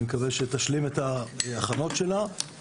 אני מקווה שהיא תשלים את ההכנות שלה.